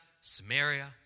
Samaria